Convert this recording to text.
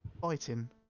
fighting